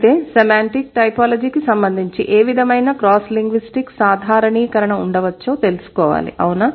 అయితే సెమాంటిక్ టైపోలాజీకి సంబంధించి ఏ విధమైన క్రాస్ లింగ్విస్టిక్ సాధారణీకరణ ఉండవచ్చో తెలుసుకోవాలిఅవునా